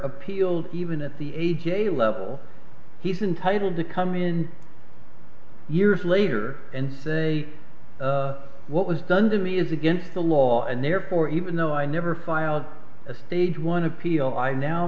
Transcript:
appealed even at the age a level he's entitled to come in years later and say the what was done to me is against the law and therefore even though i never filed a stage one appeal i now